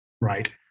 right